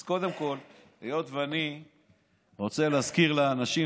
אז קודם כול, היות שאני רוצה להזכיר לאנשים